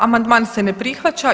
Amandman se ne prihvaća.